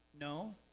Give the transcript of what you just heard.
No